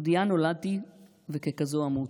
יהודייה נולדתי וככזו אמות.